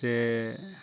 बे